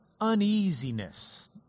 uneasiness